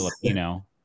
Filipino